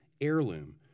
heirloom